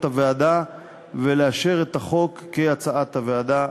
הוועדה ולאשר את החוק כהצעת הוועדה.